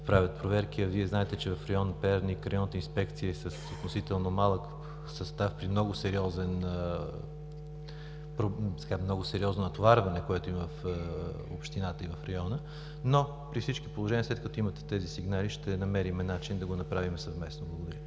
правят проверки. А Вие знаете, че в район Перник Районната инспекция е с относително малък състав и има много сериозно натоварване в общината и в района. Но при всички положения, след като имате тези сигнали, ще намерим начин да го направим съвместно. Благодаря.